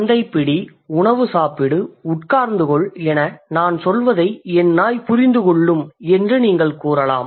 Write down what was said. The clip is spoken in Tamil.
பந்தைப் பிடி உணவு சாப்பிடு உட்கார்ந்து கொள் என நான் சொல்வதை என் நாய் புரிந்து கொள்ளும் என்று நீங்கள் கூறலாம்